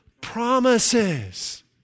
promises